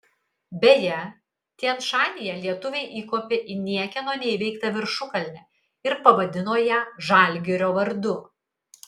beje tian šanyje lietuviai įkopė į niekieno neįveiktą viršukalnę ir pavadino ją žalgirio vardu